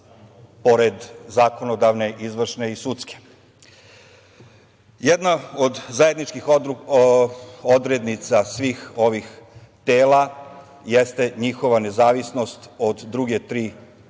pored zakonodavne, izvršne i sudske. Jedna od zajedničkih odrednica svih ovih tela jeste njihova nezavisnost od preostale tri grane